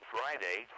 Friday